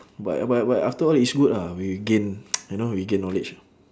but but but after all it's good ah we gain you know we gain knowledge